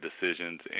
decisions